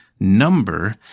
number